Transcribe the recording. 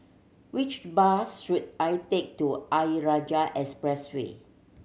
which bus should I take to Ayer Rajah Expressway